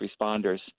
responders